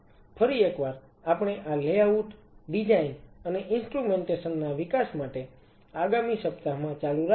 ફરી એકવાર આપણે આ લેઆઉટ ડિઝાઇન અને ઇન્સ્ટ્રુમેન્ટેશન ના વિકાસ માટે આગામી સપ્તાહમાં ચાલુ રાખીશું